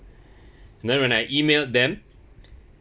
then when I emailed them